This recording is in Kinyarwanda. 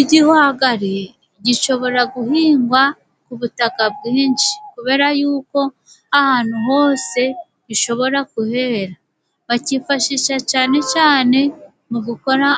Igihwagari gishobora guhingwa ku butaka bwinshi, kubera yuko ahantu hose gishobora kuhera. Bakifashisha cyane cyane mu gukora